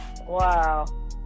Wow